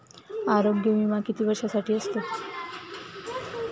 आरोग्य विमा किती वर्षांसाठी असतो?